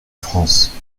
france